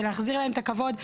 ולהחזיר להם את הכבוד,